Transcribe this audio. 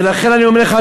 ולכן אני אומר לך,